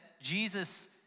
Jesus